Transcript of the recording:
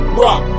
rock